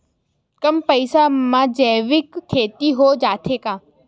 कम पईसा मा जैविक खेती हो जाथे का?